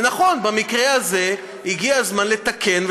במקרה הזה הגיע הזמן לתקן,